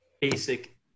basic